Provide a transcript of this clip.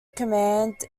command